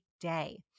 day